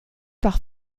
par